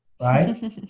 right